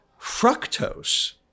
Fructose